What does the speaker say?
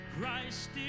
Christ